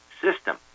system